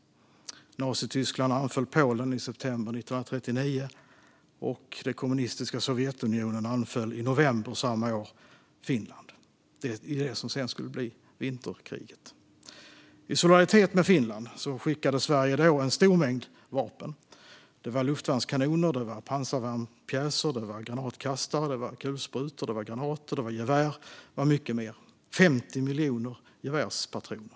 Nazityskland anföll Polen i september 1939, och det kommunistiska Sovjetunionen anföll Finland i november samma år. Det skulle sedan bli vinterkriget. I solidaritet med Finland skickade Sverige en stor mängd vapen. Det var luftvärnskanoner, det var pansarvärnspjäser, det var granatkastare, det var kulsprutor, det var granater och det var gevär och mycket mer - till exempel 50 miljoner gevärspatroner.